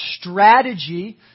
strategy